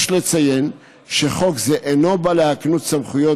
יש לציין שחוק זה אינו בא להקנות סמכויות